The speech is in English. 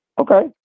Okay